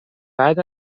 بعد